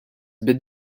bid